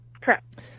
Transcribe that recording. Correct